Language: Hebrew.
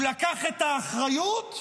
הוא לקח את האחריות,